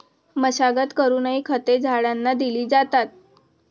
मशागत करूनही खते झाडांना दिली जातात